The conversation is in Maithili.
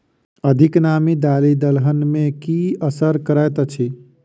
अधिक नामी दालि दलहन मे की असर करैत अछि?